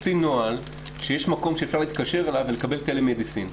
משרד הבריאות הוציא נוהל שיש מקום שאפשר להתקשר אליו ולקבל טלמדיסין.